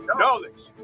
Knowledge